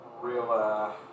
Real